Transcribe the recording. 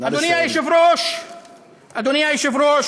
תלמדו מאתנו.